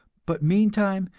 but meantime,